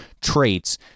traits